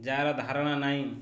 ଯାହାର ଧାରଣା ନାହିଁ